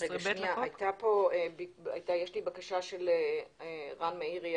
יש בקשה של רן מאירי,